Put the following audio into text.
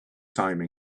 time